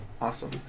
awesome